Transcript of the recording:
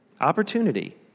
Opportunity